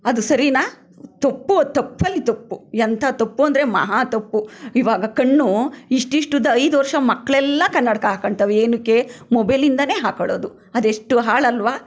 ಅದು ಸರಿನಾ ತಪ್ಪು ಅದು ತಪ್ಪಲ್ಲಿ ತಪ್ಪು ಎಂಥಾ ತಪ್ಪು ಅಂದರೆ ಮಹಾ ತಪ್ಪು ಇವಾಗ ಕಣ್ಣು ಇಷ್ಟಿಷ್ಟು ಉದ್ದ ಐದು ವರ್ಷದ ಮಕ್ಕಳೆಲ್ಲ ಕನ್ನಡಕ ಹಾಕೊಳ್ತಾವೆ ಏತಕ್ಕೆ ಮೊಬೈಲಿಂದಲೇ ಹಾಕೋಳ್ಳೋದು ಅದೆಷ್ಟು ಹಾಳಲ್ವ